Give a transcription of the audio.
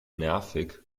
nervig